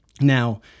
Now